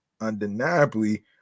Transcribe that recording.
undeniably